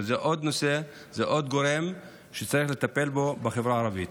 כלומר, זה עוד גורם שצריך לטפל בו בחברה הערבית.